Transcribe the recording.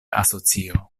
asocio